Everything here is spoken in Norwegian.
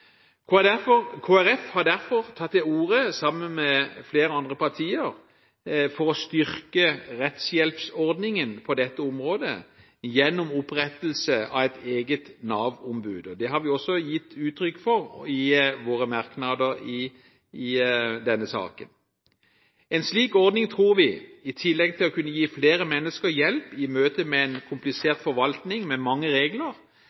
har derfor, sammen med flere andre partier, tatt til orde for å styrke rettshjelpsordningen på dette området gjennom opprettelse av et eget Nav-ombud. Det har vi også gitt uttrykk for i våre merknader i denne saken. En slik ordning tror vi, i tillegg til å kunne gi flere mennesker hjelp i møte med en komplisert forvaltning med mange regler,